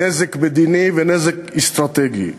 נזק מדיני ונזק אסטרטגי.